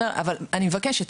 אבל אני מבקשת,